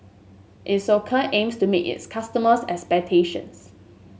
Isocal aims to meet its customers' expectations